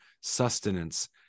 sustenance